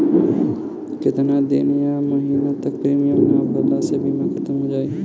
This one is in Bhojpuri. केतना दिन या महीना तक प्रीमियम ना भरला से बीमा ख़तम हो जायी?